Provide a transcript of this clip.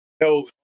No